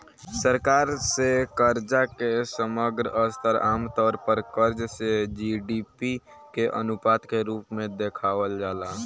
सरकार से कर्जा के समग्र स्तर आमतौर पर कर्ज से जी.डी.पी के अनुपात के रूप में देखावल जाला